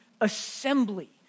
assembly